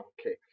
Okay